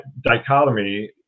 dichotomy